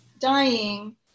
dying